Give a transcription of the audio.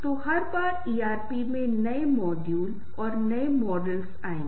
तो आखिरकार में आप रिश्ते में क्या चाहते हैं